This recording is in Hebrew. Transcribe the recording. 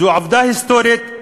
זו עובדה היסטורית,